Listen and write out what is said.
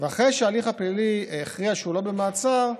אחרי שההליך הפלילי הכריע שהוא לא במעצר,